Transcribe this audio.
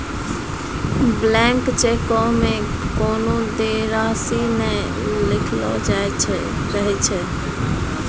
blank चेको मे कोनो देय राशि नै लिखलो रहै छै